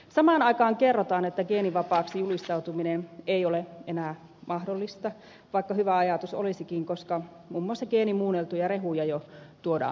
samaan aikaan kerrotaan että geenivapaaksi julistautuminen ei ole enää mahdollista vaikka hyvä ajatus olisikin koska muun muassa geenimuunneltuja rehuja jo tuodaan maahamme